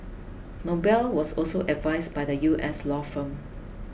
Noble was also advised by the U S law firm